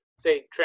say